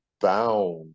bound